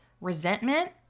resentment